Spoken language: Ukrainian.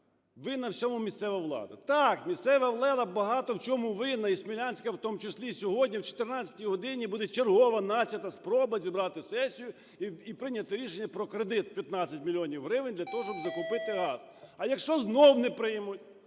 винна в цьому місцева влада. Так, місцева влада багато в чому винна, і смілянська в тому числі. Сьогодні о 14 годині буде вчергове начата спроба зібрати сесію і прийняти рішення про кредит у 15 мільйонів гривень для того, щоб закупити газ. А якщо знову не приймуть?